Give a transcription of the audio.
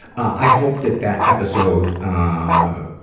i hope that that episode, ah,